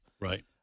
Right